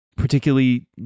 particularly